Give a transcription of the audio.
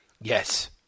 Yes